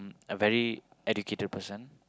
a very educated person